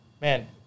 Man